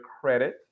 credit